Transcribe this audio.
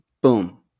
boom